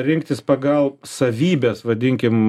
rinktis pagal savybes vadinkim